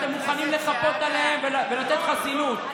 אתם מוכנים לחפות עליהם ולתת חסינות.